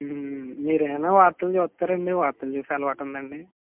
మీరేమైనా వార్తలు చుస్తారాండీ వార్తలు చూసే అలవాటు ఉందాండీ